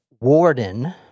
Warden